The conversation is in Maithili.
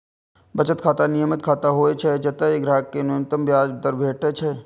बचत खाता नियमित खाता होइ छै, जतय ग्राहक कें न्यूनतम ब्याज दर भेटै छै